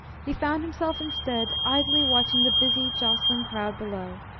he found himself, instead, idly watching the busy, jostling crowd below,